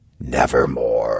nevermore